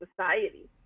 society